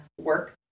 Work